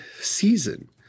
season